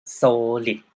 solid